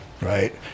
right